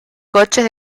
coches